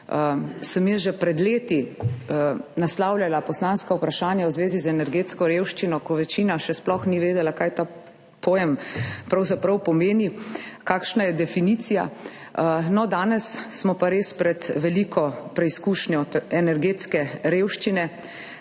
sem jaz že pred leti naslavljala poslanska vprašanja v zvezi z energetsko revščino, ko večina še sploh ni vedela, kaj ta pojem pravzaprav pomeni, kakšna je definicija. No, danes smo pa res pred veliko preizkušnjo energetske revščine.